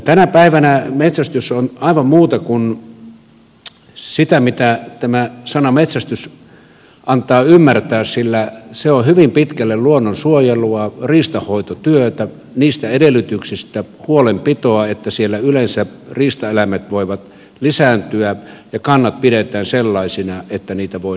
tänä päivänä metsästys on aivan muuta kuin sitä mitä tämä sana metsästys antaa ymmärtää sillä se on hyvin pitkälle luonnonsuojelua riistanhoitotyötä huolenpitoa niistä edellytyksistä että siellä yleensä riistaeläimet voivat lisääntyä ja kantojen pitämistä sellaisina että niitä voidaan metsästää